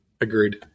Agreed